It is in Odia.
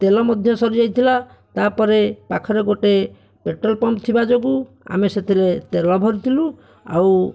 ତେଲ ମଧ୍ୟ ସରିଯାଇଥିଲା ତାପରେ ପାଖରେ ଗୋଟିଏ ପେଟ୍ରୋଲ ପମ୍ପ ଥିବା ଯୋଗୁଁ ଆମେ ସେଥିରେ ତେଲ ଭରିଥିଲୁ ଆଉ